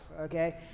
okay